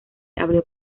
abrió